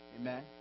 Amen